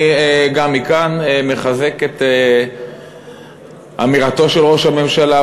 אני גם מכאן מחזק את אמירתו של ראש הממשלה,